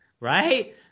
Right